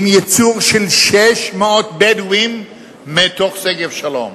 עם ייצור של 600 בדואים מתוך שגב-שלום,